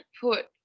put